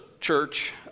church